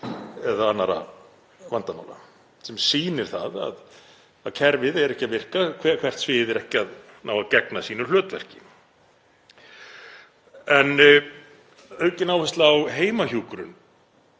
eða annarra vandamála, sem sýnir það að kerfið er ekki að virka, hvert svið er ekki að ná að gegna sínu hlutverki. En aukin áhersla á heimahjúkrun